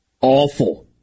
awful